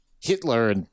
Hitler